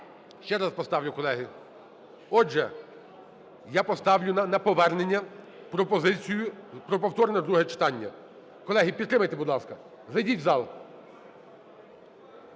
Ще раз поставлю, колеги. Отже, я поставлю на повернення пропозицію про повторне друге читання. Колеги, підтримайте, будь ласка. Зайдіть в зал.